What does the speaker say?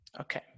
Okay